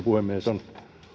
puhemies on